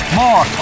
more